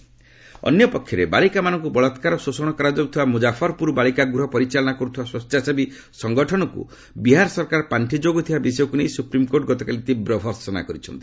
SC and Muzaffarpur ଅନ୍ୟପକ୍ଷରେ ବାଳିକାମାନଙ୍କୁ ବଳାକ୍କାର ଓ ଶୋଷଣ କରାଯାଉଥିବା ମୁଜାଫରପୁର ବାଳିକାଗୃହ ପରିଚାଳନା କରୁଥିବା ସ୍ୱଚ୍ଛାସେବୀ ସଂଗଠନକୁ ବିହାର ସରକାର ପାଖି ଯୋଗାଉଥିବା ବିଷୟକୁ ନେଇ ସୁପ୍ରିମ୍କୋର୍ଟ ଗତକାଲି ତୀବ୍ର ଭର୍ସନା କରିଛନ୍ତି